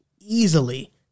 easily